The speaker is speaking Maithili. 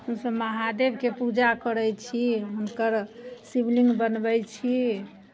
हमसभ महादेवके पूजा करै छी हुनकर शिवलिङ्ग बनबै छी